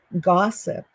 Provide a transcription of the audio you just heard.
gossip